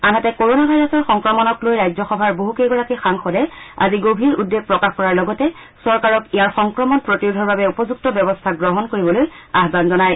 আনহাতে ক'ৰ'ণা ভাইৰাছৰ সংক্ৰমণক লৈ ৰাজ্যসভাৰ বহুকেইগৰাকী সাংসদে আজি গভীৰ উদ্বেগ প্ৰকাশ কৰাৰ লগতে চৰকাৰক ইয়াৰ সংক্ৰমণ প্ৰতিৰোধৰ বাবে উপযুক্ত ব্যৱস্থা গ্ৰহণ কৰিবলৈ আহান জনায়